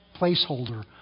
placeholder